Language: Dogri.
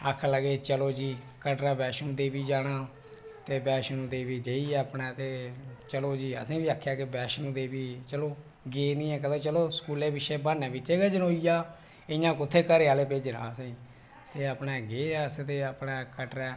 आक्खन लगे कि चलो जी कटरा वैष्णो दैवी जाना ते वैष्णो देवी जाइयै अपने ते चलो जी असें बी आखेआ कि वैष्णो देवी चलो गे नेंई हा कदे चलो स्कूले पिच्छै ब्हाने पिच्छै जनोई गेआ इयां कुत्थै घरा आहलें भेजना हा असेंगी ते अपने ग अस ते अपने कटरा